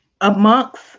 amongst